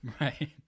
Right